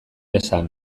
esan